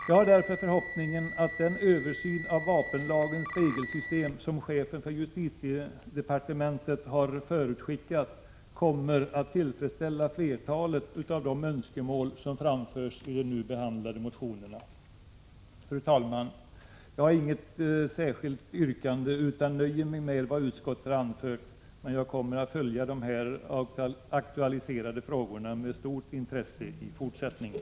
Jag har därför förhoppningen att den översyn av vapenlagens regelsystem som chefen för justitiedepartementet har förutskickat kommer att tillfredsställa flertalet av de önskemål som framförts i de nu behandlade motionerna. Fru talman! Jag har inget yrkande utan nöjer mig med vad utskottet har anfört. Men jag kommer att följa de här aktualiserade frågorna med stort intresse i fortsättningen.